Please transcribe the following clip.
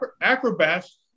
acrobats